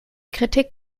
kritik